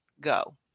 go